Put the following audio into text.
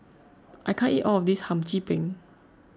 I can't eat all of this Hum Chim Peng